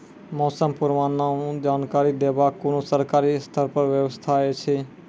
मौसम पूर्वानुमान जानकरी देवाक कुनू सरकारी स्तर पर व्यवस्था ऐछि?